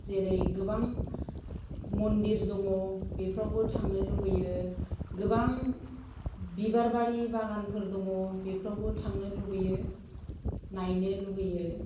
जेरै गोबां मनदिर दङ बेफ्रावबो थांनो लुबैयो गोबां बिबार बारि बागानफोर दङ बेफ्रावबो थांनो लुबैयो नायनो लुबैयो